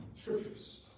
Scriptures